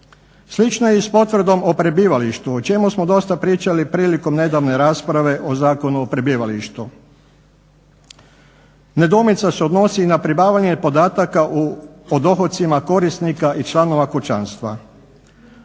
Slično je i s potvrdom o prebivalištu o čemu smo dosta pričali prilikom nedavne rasprave o Zakonu o prebivalištu. Nedoumica se odnosi i na pribavljanje podataka o dohocima korisnika i članova kućanstva.